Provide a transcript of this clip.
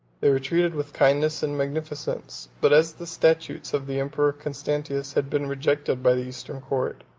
they were treated with kindness and magnificence but as the statues of the emperor constantius had been rejected by the eastern court,